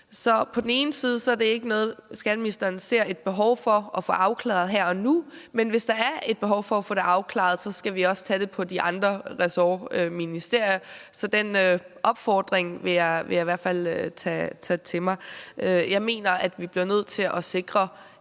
det på den ene side ikke noget, skatteministeren ser et behov for at få afklaret her og nu, men hvis der på den anden side er et behov for at få det afklaret, skal vi også tage det med de andre ressortministerier. Så den opfordring vil jeg i hvert fald tage til mig. Jeg mener, vi bliver nødt til at sikre,